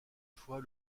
fois